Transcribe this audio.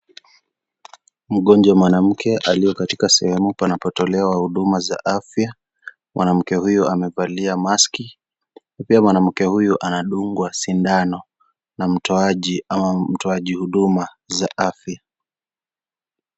Mgonjwa mwanamke aliye katika sehemu panapotolewa huduma za afya, mwanamke huyu amevalia maski na pia mwanamke huyu anadungwa sindano na mtoaji ama mtoaji huduma za afya.